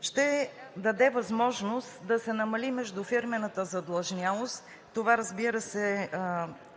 ще даде възможност да се намали междуфирмената задлъжнялост. Това, разбира се,